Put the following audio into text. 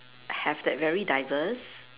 have that very diverse